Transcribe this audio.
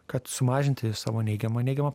kad sumažinti savo neigiamą neigiamą